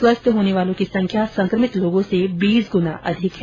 स्वस्थ होने वालों की संख्या संक्रमित लोगों से बीस ग्ना अधिक है